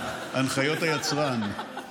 הנחיות היצרן,